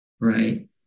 right